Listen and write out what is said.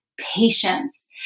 patience